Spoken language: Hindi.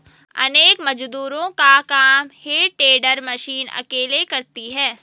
अनेक मजदूरों का काम हे टेडर मशीन अकेले करती है